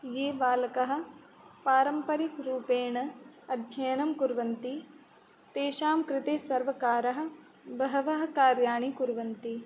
ये बालकः पारम्परिकरूपेण अध्ययनं कुर्वन्ति तेषां कृते सर्वकारः बहवः कार्याणि कुर्वन्ति